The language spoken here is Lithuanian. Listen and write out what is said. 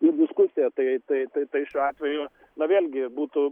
į diskusiją tai tai tai tai šiuo atveju na vėlgi būtų